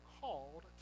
called